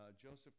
Joseph